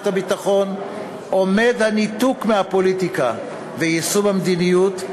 הביטחון עומד הניתוק מהפוליטיקה ויישום המדיניות,